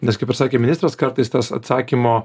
nes kaip ir sakė ministras kartais tas atsakymo